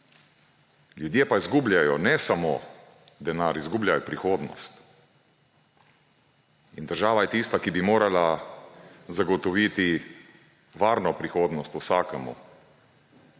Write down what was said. Ljudje pa izgubljajo ne samo denar, izgubljajo prihodnost. In država je tista, ki bi morala zagotoviti varno prihodnost vsakemu,